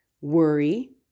worry